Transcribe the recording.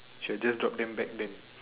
should have just drop them back then